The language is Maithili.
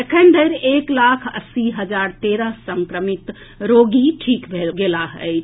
एखन धरि एक लाख अस्सी हजार तेरह संक्रमित रोगी ठीक भऽ गेलाह अछि